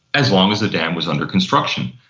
as long as the dam was under construction.